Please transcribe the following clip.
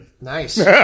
nice